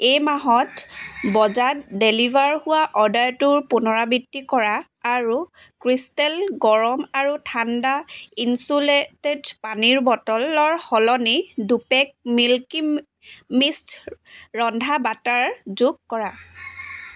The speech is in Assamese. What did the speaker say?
এই মাহত বজাত ডেলিভাৰ হোৱা অৰ্ডাৰটোৰ পুনৰাবৃত্তি কৰা আৰু ক্ৰিষ্টেল গৰম আৰু ঠাণ্ডা ইনচুলেটেড পানীৰ বটলৰ সলনি দুপেক মিল্কী মিষ্ট ৰন্ধা বাটাৰ যোগ কৰা